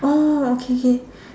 oh okay K